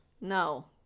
No